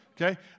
okay